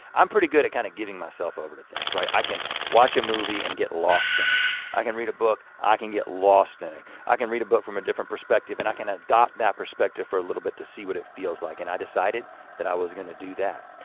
i'm pretty good at kind of giving myself over to things, right? i can watch a movie and get lost in it. i can read a book, i can get lost in it. i can read a book from a different perspective and i can adopt that perspective for a little bit to see what it feels like and i decided that i was gonna do that.